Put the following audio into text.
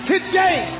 Today